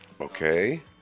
Okay